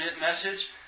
message